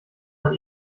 man